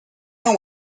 know